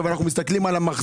אבל אנחנו מסתכלים על המחזור,